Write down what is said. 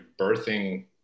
birthing